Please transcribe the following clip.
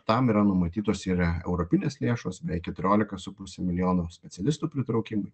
tam yra numatytos yra europinės lėšos beveik keturiolika su puse milijono specialistų pritraukimui